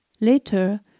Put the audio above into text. Later